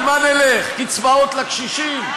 על מה נלך, קצבאות לקשישים?